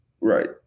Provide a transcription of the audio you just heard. Right